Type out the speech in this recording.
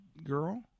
Girl